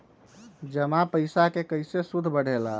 जमा पईसा के कइसे सूद बढे ला?